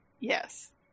Yes